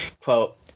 quote